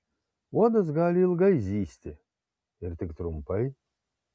uodas gali ilgai zyzti ir tik trumpai